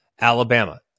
Alabama